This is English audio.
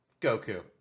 Goku